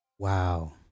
Wow